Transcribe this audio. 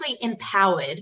empowered